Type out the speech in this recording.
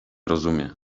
rozumie